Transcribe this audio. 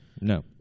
No